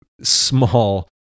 small